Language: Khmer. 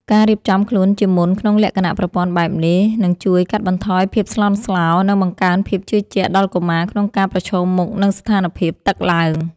ការរៀបចំខ្លួនជាមុនក្នុងលក្ខណៈប្រព័ន្ធបែបនេះ នឹងជួយកាត់បន្ថយភាពស្លន់ស្លោ និងបង្កើនភាពជឿជាក់ដល់កុមារក្នុងការប្រឈមមុខនឹងស្ថានភាពទឹកឡើង។